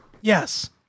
Yes